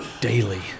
daily